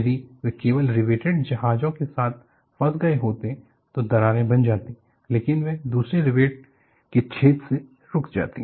यदि वे केवल रिवेटेड जहाजों के साथ फंस गए होते तो दरारें बन जातीं लेकिन वह दूसरे रिवेट के छेद में रुक जाता